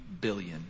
billion